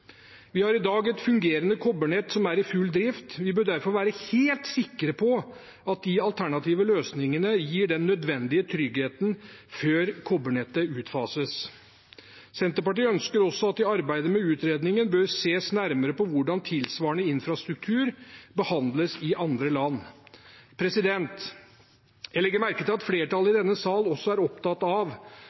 Vi har i dag et fungerende kobbernett som er i full drift, og vi bør derfor være helt sikre på at de alternative løsningene gir den nødvendige tryggheten før kobbernettet utfases. Senterpartiet ønsker også at det i arbeidet med utredningen bør ses nærmere på hvordan tilsvarende infrastruktur behandles i andre land. Jeg legger merke til at flertallet i denne salen også er opptatt av